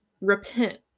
repent